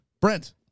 brent